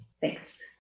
Thanks